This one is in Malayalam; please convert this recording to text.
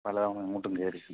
പലതവണ അങ്ങോട്ടും വിചാരിച്ചു